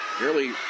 Nearly